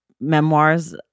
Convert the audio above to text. memoirs